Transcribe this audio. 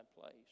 place